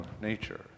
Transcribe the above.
nature